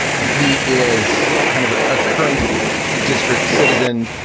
he is kind of a current district citizen.